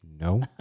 No